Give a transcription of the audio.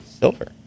silver